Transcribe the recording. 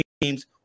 teams